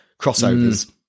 crossovers